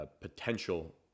potential